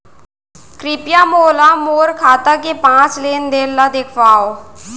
कृपया मोला मोर खाता के पाँच लेन देन ला देखवाव